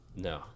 No